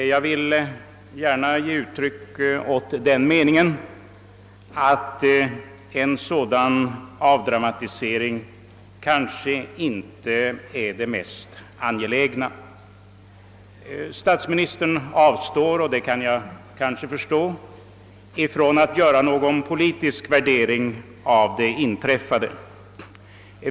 Jag vill gärna ge uttryck åt den meningen, att en sådan avdramatisering inte är det mest angelägna. Statsministern avstår från — och det kan jag förstå — att göra någon politisk värdering av det inträffade.